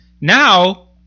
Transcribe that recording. Now